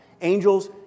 angels